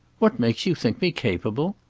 what makes you think me capable?